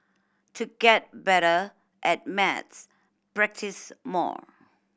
to get better at maths practise more